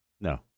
No